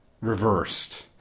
reversed